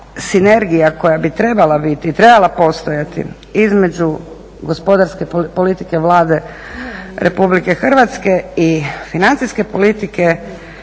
sinergija koja bi trebala biti i trebala postojati između gospodarske politike Vlade Republike Hrvatske i financijske politike